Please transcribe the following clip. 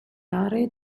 aree